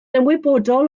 ymwybodol